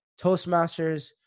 Toastmasters